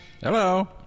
Hello